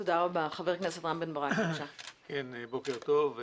בוקר טוב.